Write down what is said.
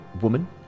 woman